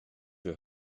you